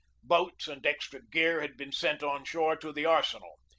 boats and extra gear had been sent on shore to the arsenal.